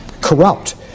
corrupt